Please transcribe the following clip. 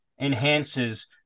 enhances